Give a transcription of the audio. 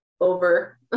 over